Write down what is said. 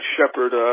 Shepard